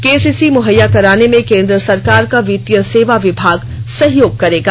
KCC मुहैया कराने में केन्द्र सरकार का वित्तीय सेवा विभाग सहयोग करेगा